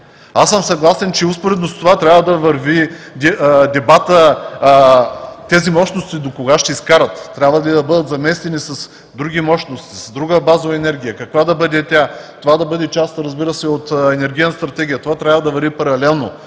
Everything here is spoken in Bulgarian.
Аз съм съгласен, че успоредно с това трябва да върви дебатът тези мощности до кога ще изкарат. Трябва да бъдат заместени с други мощности, с друга базова енергия. Каква да бъде тя? Това да бъде част, разбира се, от Енергийната стратегия. Това трябва да върви паралелно,